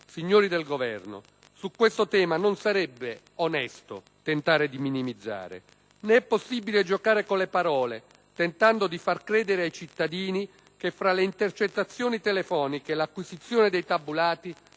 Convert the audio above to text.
signori del Governo, su questo tema non sarebbe onesto tentare di minimizzare. Né è possibile giocare con le parole, tentando di far credere ai cittadini che fra le intercettazioni telefoniche e l'acquisizione dei tabulati